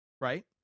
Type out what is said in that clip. Right